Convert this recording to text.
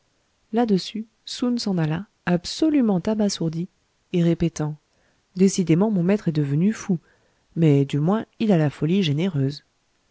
là-dessus soun s'en alla absolument abasourdi et répétant décidément mon maître est devenu fou mais du moins il a la folie généreuse